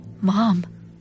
mom